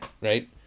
Right